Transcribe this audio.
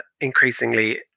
increasingly